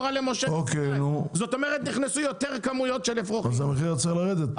אז המחיר צריך לרדת.